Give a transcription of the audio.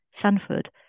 Sanford